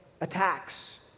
attacks